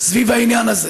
סביב העניין הזה.